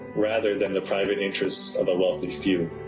rather than the private interests of a wealthy few.